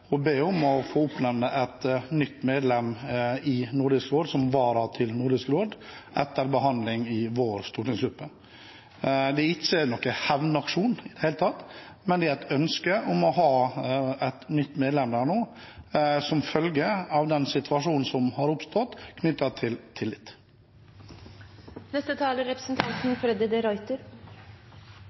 å be om å få oppnevne et nytt varamedlem til Nordisk råd, etter behandling i vår stortingsgruppe. Det er ikke noen hevnaksjon i det hele tatt, men det er et ønske om å ha et nytt medlem der nå, som følge av den situasjonen som har oppstått, knyttet til tillit. Det er